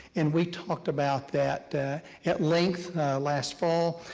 and we talked about that at length last fall.